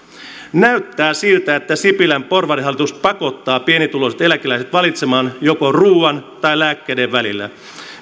näyttää siltä että sipilän porvarihallitus pakottaa pienituloiset eläkeläiset valitsemaan joko ruuan tai lääkkeiden välillä